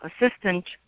assistant